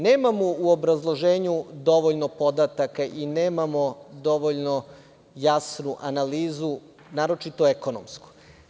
Nemamo u obrazloženju dovoljno podataka i nemamo dovoljno jasnu analizu, naročito ekonomsku.